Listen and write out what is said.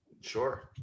Sure